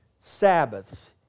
Sabbaths